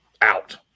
out